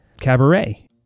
Cabaret